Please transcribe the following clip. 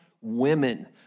women